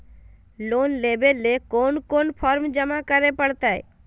Loan लेवे ले कोन कोन फॉर्म जमा करे परते?